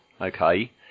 okay